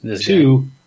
Two